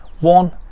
one